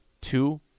Two